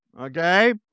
okay